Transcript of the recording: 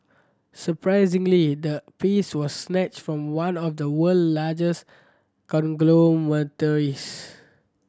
surprisingly the piece was snatched from one of the world largest conglomerates